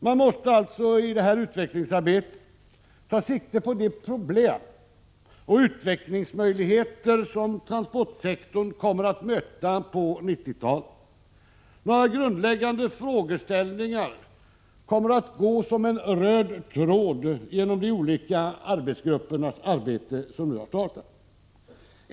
Man måste alltså i det här utvecklingsarbetet ta sikte på de problem och utvecklingsmöjligheter som transportsektorn kommer att möta på 1990 talet. Några grundläggande frågeställningar kommer att gå som en röd tråd genom de olika arbetsgruppernas arbete, som nu har startat.